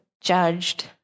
judged